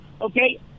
Okay